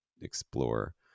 explore